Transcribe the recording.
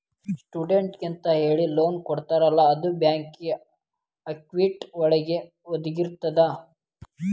ಸ್ಟೂಡೆಂಟ್ಸಿಗೆಂತ ಹೇಳಿ ಲೋನ್ ಕೊಡ್ತಾರಲ್ಲ ಅದು ಬ್ಯಾಂಕಿಂಗ್ ಆಕ್ಟಿವಿಟಿ ಒಳಗ ಒಂದಾಗಿರ್ತದ